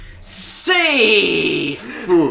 safe